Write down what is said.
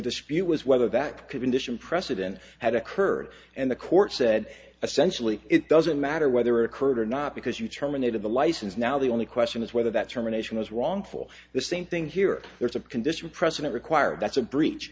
dispute was whether that condition precedent had occurred and the court said essentially it doesn't matter whether occurred or not because you terminated the license now the only question is whether that terminations was wrong for the same thing here there's a condition precedent required that's a breach